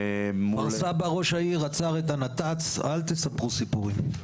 ראש העיר עצר את הנת"צ אל תספרו סיפורים.